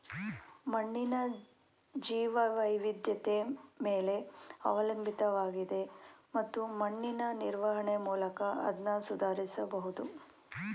ಮಣ್ಣಿನ ಜೀವವೈವಿಧ್ಯತೆ ಮೇಲೆ ಅವಲಂಬಿತವಾಗಿದೆ ಮತ್ತು ಮಣ್ಣಿನ ನಿರ್ವಹಣೆ ಮೂಲಕ ಅದ್ನ ಸುಧಾರಿಸ್ಬಹುದು